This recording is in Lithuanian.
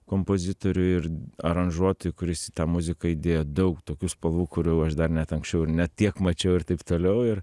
kompozitoriui ir aranžuotojui kuris į tą muziką įdėjo daug tokių spalvų kurių aš dar net anksčiau ir ne tiek mačiau ir taip toliau ir